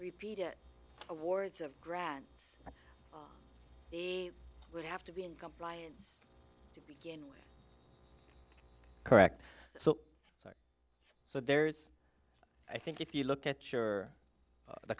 repeat it awards of grants he would have to be in compliance to begin with correct so it's so there's i think if you look at sure the